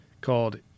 called